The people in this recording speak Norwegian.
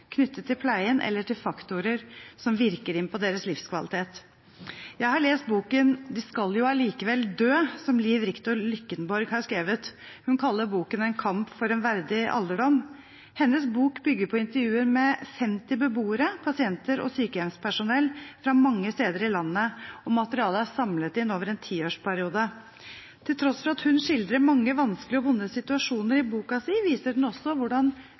knyttet til pleien eller til faktorer som virker inn på deres livskvalitet. Jeg har lest boken «De skal jo allikevel dø» som Liv Riktor Lykkenborg har skrevet. Hun kaller boken en kamp for en verdig alderdom. Hennes bok bygger på intervjuer med 50 beboere, pasienter og sykehjemspersonell fra mange steder i landet, og materialet er samlet over en tiårsperiode. Til tross for at hun skildrer mange vanskelige og vonde situasjoner i boken sin, viser den også hvordan